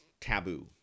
taboo